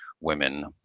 women